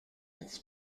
its